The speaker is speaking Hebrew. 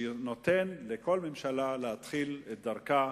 שנותן לכל ממשלה להתחיל את דרכה.